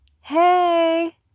Hey